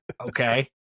Okay